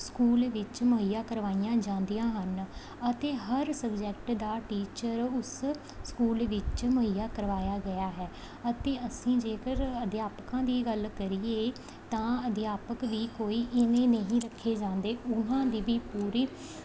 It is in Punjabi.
ਸਕੂਲ ਵਿੱਚ ਮੁਹੱਈਆ ਕਰਵਾਈਆਂ ਜਾਂਦੀਆਂ ਹਨ ਅਤੇ ਹਰ ਸਬਜੈਕਟ ਦਾ ਟੀਚਰ ਉਸ ਸਕੂਲ ਵਿੱਚ ਮੁਹੱਈਆ ਕਰਵਾਇਆ ਗਿਆ ਹੈ ਅਤੇ ਅਸੀਂ ਜੇਕਰ ਅਧਿਆਪਕਾਂ ਦੀ ਗੱਲ ਕਰੀਏ ਤਾਂ ਅਧਿਆਪਕ ਵੀ ਕੋਈ ਇਵੇਂ ਨਹੀਂ ਰੱਖੇ ਜਾਂਦੇ ਉਹਨਾਂ ਦੀ ਵੀ ਪੂਰੀ